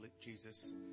Jesus